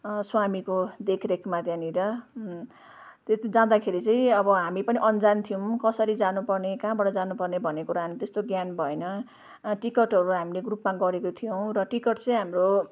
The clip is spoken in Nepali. स्वामीको देखरेखमा त्यहाँनिर त्यस्तो जाँदाखेरि चाहिँ हामी पनि अन्जान थियौँ कसरी जानुपर्ने कहाँबाट जानुपर्ने भन्ने कुरा हामी त्यस्तो ज्ञान भएन टिकटहरू हामीले ग्रुपमा गरेको थियौँ र टिकट चाहिँ हाम्रो